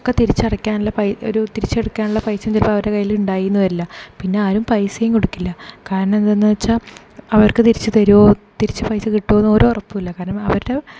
ഒക്കെ തിരിച്ചടയ്ക്കാനുള്ള ഒരു തിരിച്ചടക്കാനുള്ള പൈസ ഒന്നും ഇപ്പം അവരുടെ കയ്യിൽ ഉണ്ടായി എന്ന് വരില്ല പിന്നെ ആരും പൈസയും കൊടുക്കില്ല കാരണം എന്താണെന്ന് വച്ചാൽ അവർക്ക് തിരിച്ച് തരുമോ തിരിച്ച് പൈസ കിട്ടുമോ എന്ന് ഒരുറപ്പുമില്ല കാരണം അവരുടെ